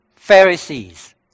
pharisees